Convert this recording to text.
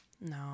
No